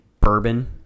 Bourbon